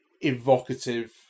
evocative